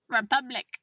Republic